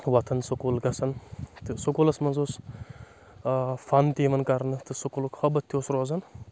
وۄتھان سکوٗل گژھان تہٕ سکوٗلس منٛز اوس فن تہِ یِوان کرنہٕ تہٕ سکوٗلُک حٲبت تہِ اوس روزان